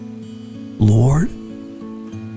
Lord